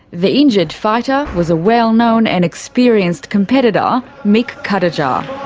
the injured fighter was a well-known and experienced competitor, mick cutajar.